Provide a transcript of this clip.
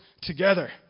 together